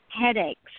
headaches